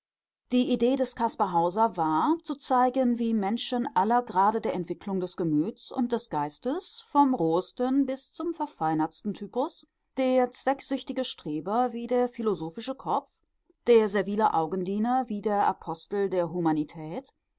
die idee des caspar hauser war zu zeigen wie menschen aller grade der entwicklung des gemüts und des geistes vom rohesten bis zum verfeinertsten typus der zwecksüchtige streber wie der philosophische kopf der servile augendiener wie der apostel der humanität